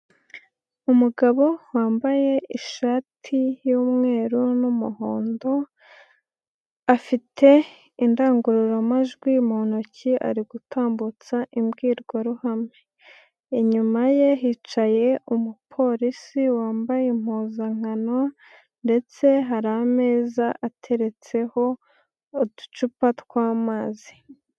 Umugabo wambaye ishati y'umweru n'umuhondo, afite indangururamajwi mu ntoki ari gutambutsa imbwirwaruhame. Inyuma ye hicaye umupolisi wambaye impuzankano ndetse hari ameza ateretseho uducupa twamazi.